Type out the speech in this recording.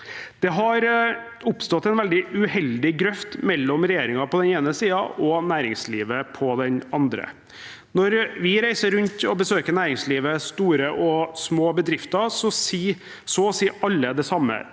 Det har oppstått en veldig uheldig grøft mellom regjeringen på den ene siden og næringslivet på den andre. Når vi reiser rundt og besøker næringslivet, store og små bedrifter, sier så å si alle det samme: